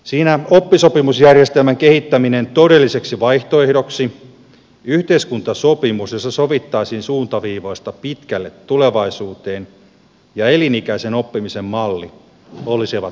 siinä oppisopimusjärjestelmän kehittäminen todelliseksi vaihtoehdoksi yhteiskuntasopimus jossa sovittaisiin suuntaviivoista pitkälle tulevaisuuteen ja elinikäisen oppimisen malli olisivat eräitä keinoja